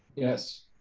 yes,